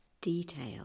Detail